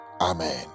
amen